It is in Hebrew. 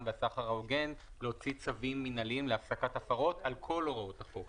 והסחר ההוגן להוציא צווים מינהליים להפסקת הפרות על כל הוראות החוק,